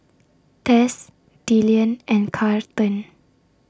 Tess Dillion and Carlton